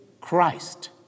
Christ